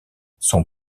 son